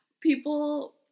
People